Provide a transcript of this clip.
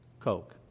Coke